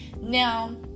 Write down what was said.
Now